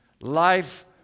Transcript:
life